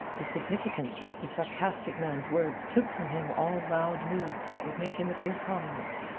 the significance of the sarcastic man's words took from him all loud moods that would make him appear prominent.